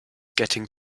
getting